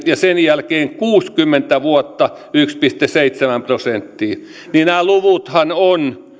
ja sen jälkeen kuusikymmentä vuotta yksi pilkku seitsemän prosenttia niin nämä luvuthan ovat